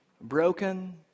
broken